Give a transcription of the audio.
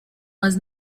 was